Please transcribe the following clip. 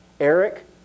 Eric